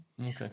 Okay